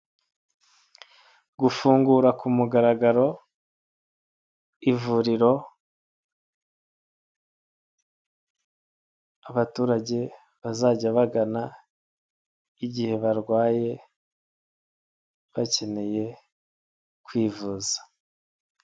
Gufungura ku mugaragaro ivuriro abaturage bazajya bagana igihe barwaye bakeneye kwivuza.